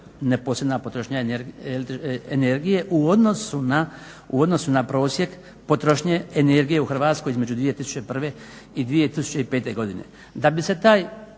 neposredna potrošnja električne energije u odnosu na prosjek potrošnje energije u Hrvatskoj između 2001. i 2005. godine. Da bi se ta